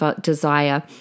desire